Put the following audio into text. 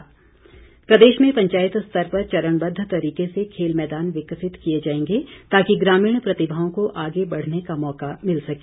वीरेंद्र कंवर प्रदेश में पंचायत स्तर पर चरणबद्ध तरीके से खेल मैदान विकसित किए जाएंगे ताकि ग्रामीण प्रतिभाओं को आगे बढ़ने का मौका मिल सके